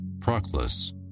Proclus